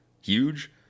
Huge